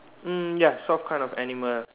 mm ya soft kind of animal